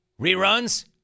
reruns